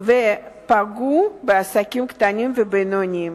ופגעו בעסקים קטנים ובינוניים.